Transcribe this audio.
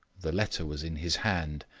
the letter was in his hand,